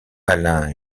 alain